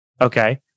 Okay